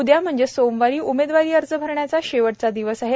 उद्या म्हणजेच सोमवारी उमेदवारी अर्ज भरण्याचा शेवटचा दिवस आहे